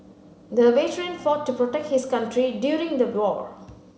the veteran fought to protect his country during the war